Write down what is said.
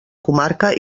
comarca